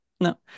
no